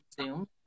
Zoom